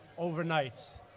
Overnights